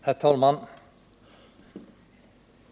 Herr talman!